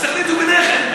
אז תחליטו ביניכם.